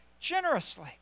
generously